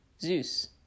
Zeus